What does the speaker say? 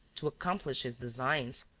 to accomplish his designs,